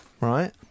right